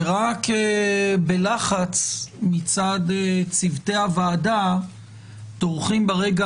ורק בלחץ מצד צוותי הוועדה טורחים ברגע